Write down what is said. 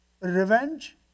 revenge